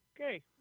Okay